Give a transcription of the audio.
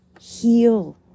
Heal